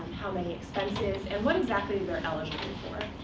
how many expenses, and what exactly they're eligible for.